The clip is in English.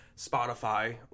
Spotify